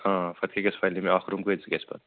آ پَتہٕ کیٛاہ گَژھِ فانیلی اَکھ روٗم کٍتِس گَژھِ مےٚ پَتہٕ